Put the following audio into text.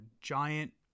Giant